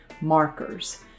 markers